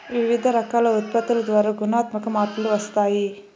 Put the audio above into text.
వివిధ రకాల ఉత్పత్తుల ద్వారా గుణాత్మక మార్పులు వస్తాయి